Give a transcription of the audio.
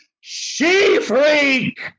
She-Freak